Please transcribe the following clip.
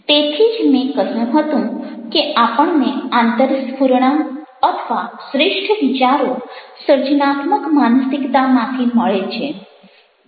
તેથી જ મેં કહ્યું હતું કે આપણને આંતરસ્ફુરણા અથવા શ્રેષ્ઠ વિચારો સર્જનાત્મક માનસિકતામાંથી મળે છે